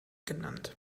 genannt